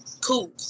Cool